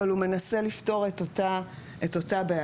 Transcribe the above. אבל הוא מנסה לפתור את אותה בעיה.